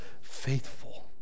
faithful